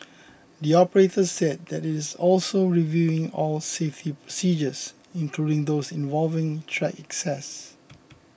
the operator said it is also reviewing all safety procedures including those involving track access